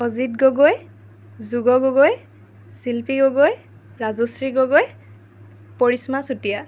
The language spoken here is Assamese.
অজিত গগৈ যোগ গগৈ শিল্পী গগৈ ৰাজশ্ৰী গগৈ পৰিস্মা চুতীয়া